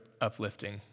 uplifting